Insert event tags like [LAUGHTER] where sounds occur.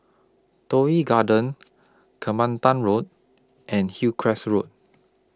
Toh Yi Garden [NOISE] Kelantan Road and Hillcrest Road